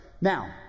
now